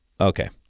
Okay